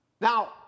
Now